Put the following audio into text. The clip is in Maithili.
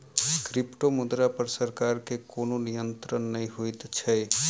क्रिप्टोमुद्रा पर सरकार के कोनो नियंत्रण नै होइत छै